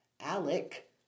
Alec